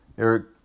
Eric